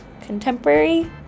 contemporary